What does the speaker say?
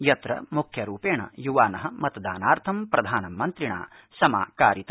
यत्र म्ख्यरूपण्ञ युवान मतदानार्थं प्रधानमन्त्रिणा समाहता